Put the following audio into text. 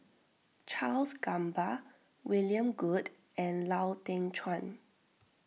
Charles Gamba William Goode and Lau Teng Chuan